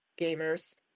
gamers